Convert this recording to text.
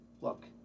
look